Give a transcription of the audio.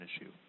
issue